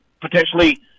potentially